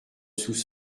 sous